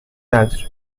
نداریم